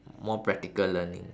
more practical learning